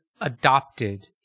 adopted